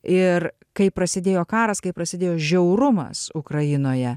ir kai prasidėjo karas kai prasidėjo žiaurumas ukrainoje